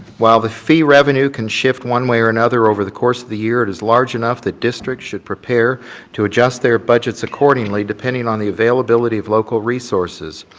while the fee revenue can shift one way or another over the course of the year and it's large enough, the district should prepare to adjust their budgets accordingly depending on the availability of local resources.